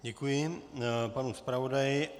Děkuji panu zpravodaji.